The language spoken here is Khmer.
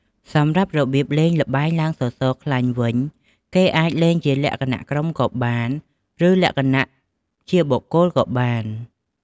សម្រាប់របៀបលេងល្បែងឡើងសសរខ្លាញ់វិញ គេអាចលេងជាលក្ខណៈក្រុមក៏បាន ឬលក្ខណៈជាបុគ្គលក៏បាន។